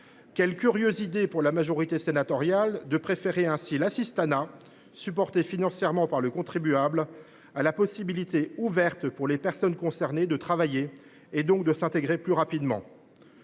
Quelle curieuse idée, de la part de la majorité sénatoriale, de préférer ainsi l’assistanat, supporté financièrement par le contribuable, à la possibilité ouverte pour les personnes concernées de travailler et donc de s’intégrer plus rapidement